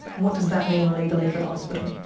what does that mean legally for the hospital?